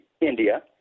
India